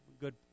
good